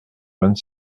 vingt